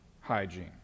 hygiene